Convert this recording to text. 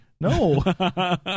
no